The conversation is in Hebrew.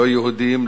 לא יהודים,